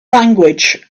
language